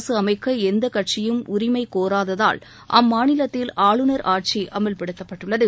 அரசு அமைக்கா எந்த கட்சியும் உரிமை கோராததால் அம்மாநிலத்தில் ஆளுநர் ஆட்சியை புதிய அமல்படுத்தப்பட்டுள்ளது